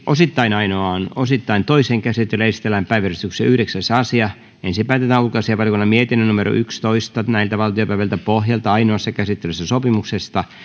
osittain ainoaan osittain toiseen käsittelyyn esitellään päiväjärjestyksen yhdeksäs asia ensin päätetään ulkoasiainvaliokunnan mietinnön yksitoista pohjalta ainoassa käsittelyssä sopimuksesta